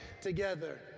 together